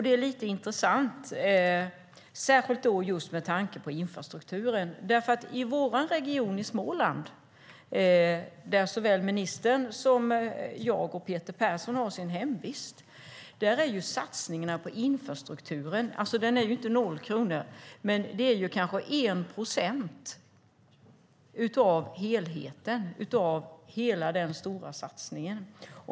Det är lite intressant, särskilt med tanke på just infrastrukturen, därför att i vår region Småland, där såväl ministern som jag och Peter Persson har sin hemvist, är satsningarna på infrastrukturen inte noll kronor men kanske en procent av hela den stora satsningen.